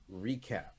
recap